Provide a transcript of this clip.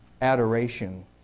adoration